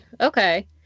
Okay